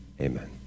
Amen